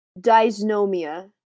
Dysnomia